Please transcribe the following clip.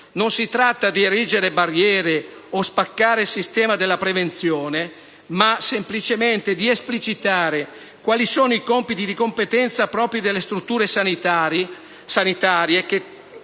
Non si tratta di erigere barriere o spaccare il sistema della prevenzione, ma semplicemente di esplicitare quali sono i compiti di competenza propri delle strutture sanitarie che